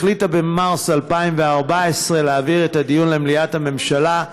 החליטה במרס 2014 להעביר את הדיון למליאת הממשלה.